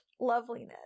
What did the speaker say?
loveliness